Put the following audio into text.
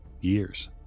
years